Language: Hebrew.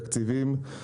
תקציבים.